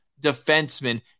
defenseman